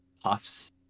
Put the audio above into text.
puffs